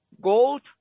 gold